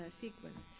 sequence